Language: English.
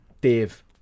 Dave